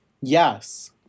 Yes